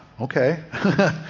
Okay